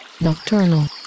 Nocturnal